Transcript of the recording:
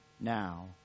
now